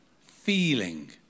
feeling